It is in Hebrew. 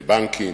לבנקים,